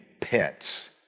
pets